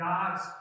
God's